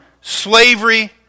slavery